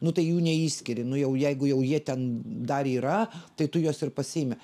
nu tai jų neišskiri nu jau jeigu jau jie ten dar yra tai tu juos ir pasiimi